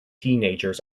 teenagers